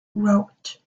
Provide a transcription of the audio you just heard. route